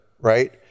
right